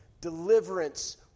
Deliverance